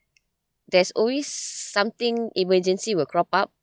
there's always something emergency will crop up